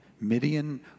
Midian